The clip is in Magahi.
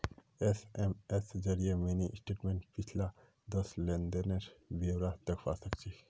एस.एम.एस जरिए मिनी स्टेटमेंटत पिछला दस लेन देनेर ब्यौरा दखवा सखछी